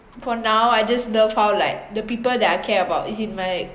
for now I just love how like the people that I care about is in my